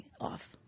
off